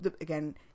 again